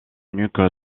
nuque